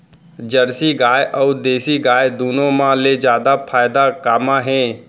Jersey गाय अऊ देसी गाय दूनो मा ले जादा फायदा का मा हे?